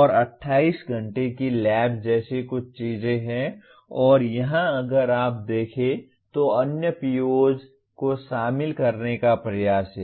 और 28 घंटे की लैब जैसी कुछ चीजें हैं और यहां अगर आप देखें तो अन्य POs को शामिल करने का प्रयास है